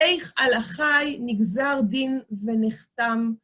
איך על אחי נגזר דין ונחתם?